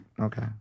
okay